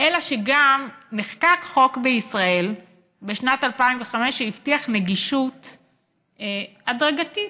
אלא שגם נחקק חוק בישראל בשנת 2005 שהבטיח נגישות הדרגתית,